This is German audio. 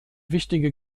wichtige